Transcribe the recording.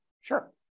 sure